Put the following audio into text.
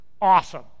Awesome